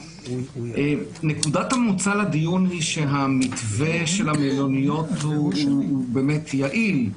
נקודת המוצא לדיון היא שהמתווה של המלוניות הוא באמת יעיל.